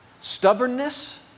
stubbornness